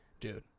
dude